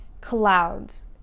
Clouds